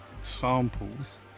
samples